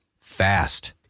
fast